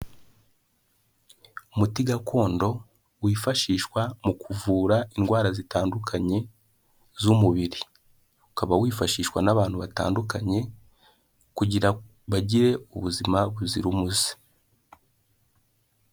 Umuti gakondo wifashishwa mu kuvura indwara zitandukanye z'umubiri ukaba wifashishwa n'abantu batandukanye kugira bagire ubuzima buzira umuze.